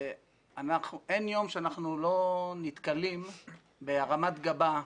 אין יום שאנחנו לא נתקלים בהרמת גבה,